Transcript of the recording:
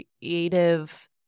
creative